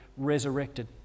resurrected